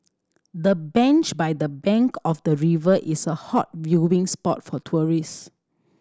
the bench by the bank of the river is a hot viewing spot for tourist